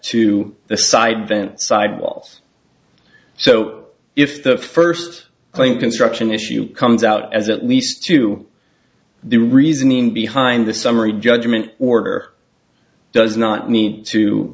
to the side vent side walls so if the first plane construction issue comes out as at least to the reasoning behind the summary judgment order does not need to